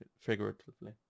figuratively